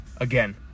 again